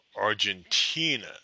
Argentina